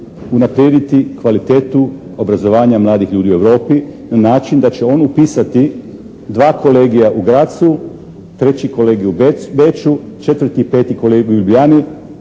unaprijediti kvalitetu obrazovanja mladih ljudi u Europi na način da će on upisati dva kolegija u Grazu, treći kolegij u Beču, četvrti i peti kolegij u Ljubljani